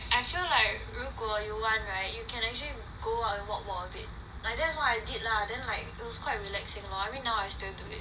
I feel like 如果 you want right you can actually go out walk walk a bit I that's what I did lah then like it was quite relaxing lor I mean now I still do it